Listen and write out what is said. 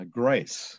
grace